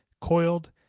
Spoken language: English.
Coiled